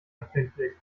empfindlich